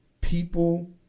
People